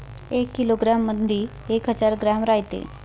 एका किलोग्रॅम मंधी एक हजार ग्रॅम रायते